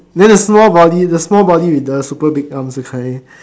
then the small body the small body with the super big arms that kind